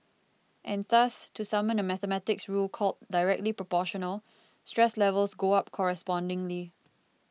and thus to summon a mathematics rule called Directly Proportional stress levels go up correspondingly